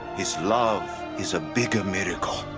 his love is a bigger miracle.